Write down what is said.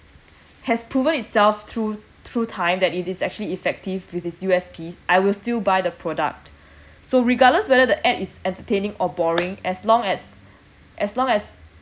has proven itself through through time that it is actually effective with its U_S_Ps I will still buy the product so regardless whether the ad is entertaining or boring as long as as long as